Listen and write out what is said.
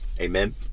amen